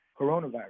coronavirus